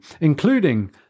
including